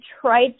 try